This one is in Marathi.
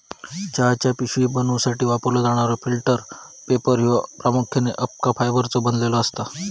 चहाच्या पिशव्या बनवूसाठी वापरलो जाणारो फिल्टर पेपर ह्यो प्रामुख्याने अबका फायबरचो बनलेलो असता